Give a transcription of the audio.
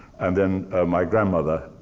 and then my grandmother,